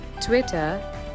Twitter